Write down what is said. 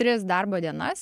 tris darbo dienas